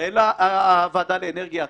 ומנהל הוועדה לאנרגיה אטומית,